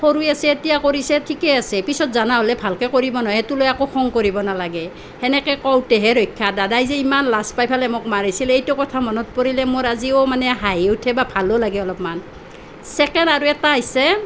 সৰু হৈ আছে এতিয়া কৰিছে ঠিকেই আছে পিছত জনা হ'লে ভালকৈ কৰিব নহয় সেইটো লৈ একো খং কৰিব নালাগে সেনেকৈ কওঁতেহে ৰক্ষা দাদাই যে ইমান লাজ পাই পেলাই মোক মাৰিছিলে এইটো কথা মনত পৰিলে মোৰ আজিও মানে হাঁহি উঠে বা ভালো লাগে অলপমান চেকেণ্ড আৰু এটা হৈছে